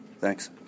Thanks